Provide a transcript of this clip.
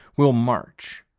will march.